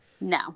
no